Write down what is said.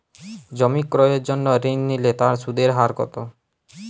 জমি ক্রয়ের জন্য ঋণ নিলে তার সুদের হার কতো?